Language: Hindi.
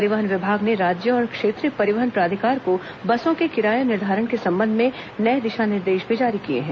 परिवहन विभाग ने राज्य और क्षेत्रीय परिवहन प्राधिकार को बसो के किराया निर्धारण के संबंध में नए दिशा निर्देश भी जारी किए हैं